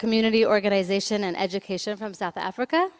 community organization and education from south africa